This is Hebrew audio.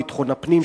ביטחון הפנים,